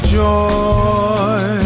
joy